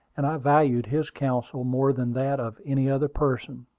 and i valued his counsel more than that of any other person.